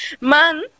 Man